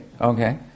Okay